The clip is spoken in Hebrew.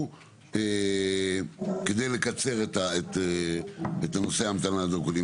כדי לקצר את זמן ההמתנה לדרכונים.